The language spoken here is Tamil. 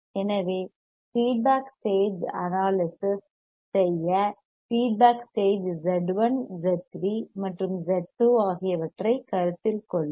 எனவே ஃபீட்பேக் ஸ்டேஜ் அனாலிசிஸ் செய்ய ஃபீட்பேக் ஸ்டேஜ் Z1 Z3 மற்றும் Z2 ஆகியவற்றைக் கருத்தில் கொள்வோம்